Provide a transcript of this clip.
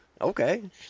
Okay